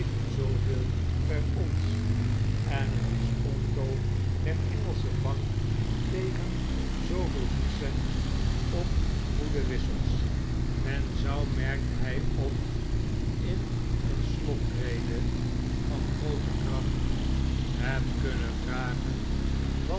zooveel per ons en het disconto der engelsche bank tegen zooveel percent op goede wisselsl men zou merkte hy op in een slotrede van groote kracht hem kunnen vragen wat